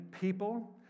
people